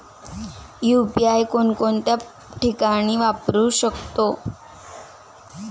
UPI कोणकोणत्या ठिकाणी वापरू शकतो?